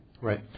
Right